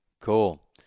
Cool